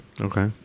Okay